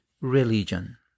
religion